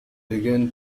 began